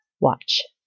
Watch